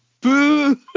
boo